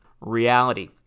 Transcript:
Reality